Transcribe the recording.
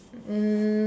um